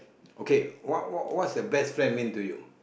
okay what what what's the best friend mean to you